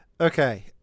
Okay